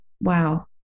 wow